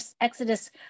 Exodus